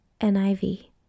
NIV